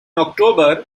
october